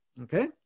Okay